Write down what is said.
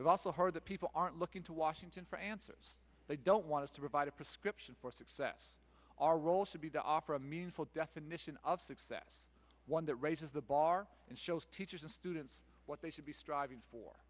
i also heard that people aren't looking to washington for answers they don't want to provide a prescription for success our role should be the opera meaningful definition of success one that raises the bar and shows teachers and students what they should be striving for